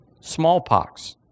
smallpox